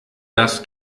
das